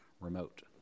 remote